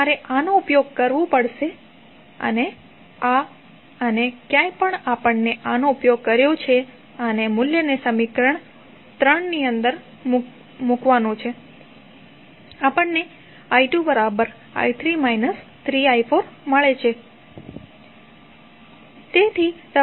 તમારે આનો ઉપયોગ કરવો પડશે આ આ અને ક્યાંય પણ આપણે આનો ઉપયોગ કર્યો છે અને મૂલ્યને સમીકરણ 3 ની અંદર મૂકવું પડશે અને આપણને i2i3 3i4 મળે છે